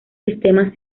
sistemas